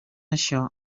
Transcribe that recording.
això